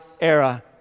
era